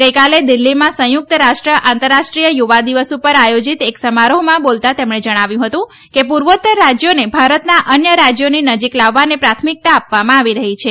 ગઇકાલે દિલ્હીમાં સંયુક્ત રાષ્ટ્ર આંતરરાષ્ટ્રીય યુવા દિવસ પર આયોજીત એક સમારોહમાં બોલતાં તેમણે જણાવ્યું હતું કે પૂર્વોત્તર રાજયોને ભારતના અન્ય રાજ્યોની નજીક લાવવાને પ્રાથમિકતા આપવામાં આવી રહી છે